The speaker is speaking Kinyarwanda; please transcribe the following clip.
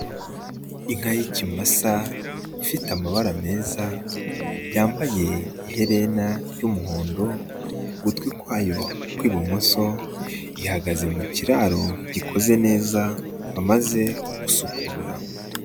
Inka y'ikimasa ifite amabara meza, yambaye iherena ry'umuhondo ku gutwi kwayo kw'ibumoso. Ihagaze mu kiraro gikoze neza bamaze gusukura.